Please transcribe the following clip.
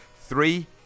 Three